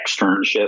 externship